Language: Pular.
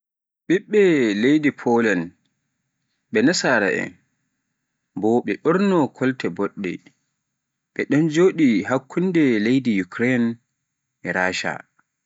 ɓiɓɓe leydi Poland ɓe nasara'en, ɓe ɓorno kolte boɗɗe ɓe ɗon joɗi hakkunde leyɗe Ukraine e Rasha.